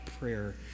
prayer